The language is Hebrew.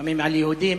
לפעמים על יהודים.